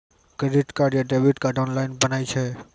Credit card या debit card online बनै छै?